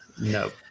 No